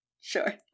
Sure